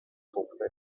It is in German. tochter